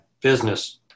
business